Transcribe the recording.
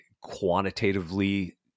quantitatively